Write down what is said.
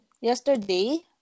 yesterday